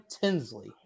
Tinsley